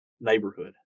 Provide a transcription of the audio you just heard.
neighborhood